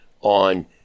on –